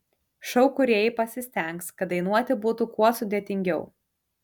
šou kūrėjai pasistengs kad dainuoti būtų kuo sudėtingiau